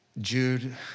Jude